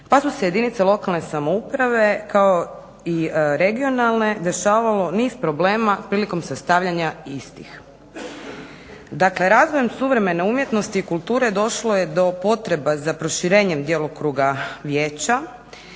pa su se jedinice lokalne samouprave kao i regionalne dešavalo niz problema prilikom sastavljanja istih. Dakle, razvojem suvremene umjetnosti i kulture došlo je do potreba za proširenjem djelokruga vijeća